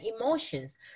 emotions